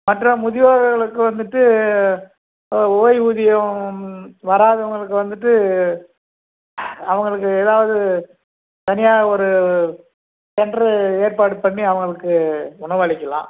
மற்றும் முதியோர்களுக்கு வந்துவிட்டு ஓய்வூதியம் வராதவங்களுக்கு வந்துவிட்டு அவங்களுக்கு ஏதாவது தனியாக ஒரு சென்ட்ரு ஏற்பாடு பண்ணி அவங்களுக்கு உணவளிக்கலாம்